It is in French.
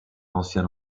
l’ancien